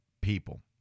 people